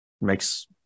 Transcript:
makes